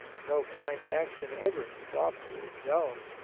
no kind action ever stopped with itself.